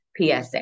PSA